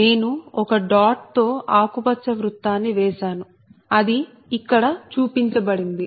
నేను ఒక డాట్ తో ఆకుపచ్చ వృత్తాన్ని వేసాను అది ఇక్కడ చూపించబడింది